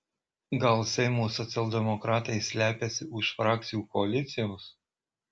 gal seimo socialdemokratai slepiasi už frakcijų koalicijos